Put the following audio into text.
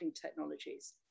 technologies